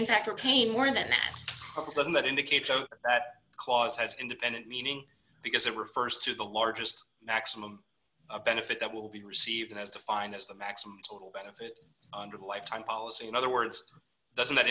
in fact are kane more than that doesn't that indicate the clause has independent meaning because it refers to the largest maximum benefit that will be received and is defined as the maximum benefit under the lifetime policy in other words doesn't that